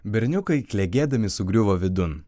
berniukai klegėdami sugriuvo vidun